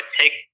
take